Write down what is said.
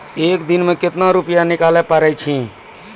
एक दिन मे केतना रुपैया निकाले पारै छी?